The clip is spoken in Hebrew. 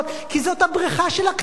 כי זאת הבריכה של הקטנים,